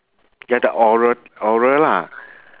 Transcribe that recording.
ya the oral oral lah